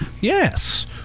Yes